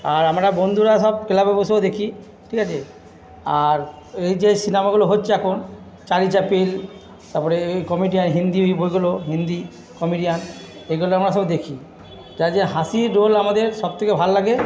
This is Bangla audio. আর আমরা বন্ধুরা সব ক্লাবে বসেও দেখি ঠিক আছে আর এই যে সিনেমাগুলো হচ্ছে এখন চার্লি চাপলিন তারপরে ওই কমেডি আর হিন্দি ওই বইগুলো হিন্দি কমেডিয়ান ওইগুলো আমরা সবাই দেখি যা যা হাসির রোল আমাদের সব থেকে ভাল লাগে